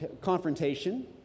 confrontation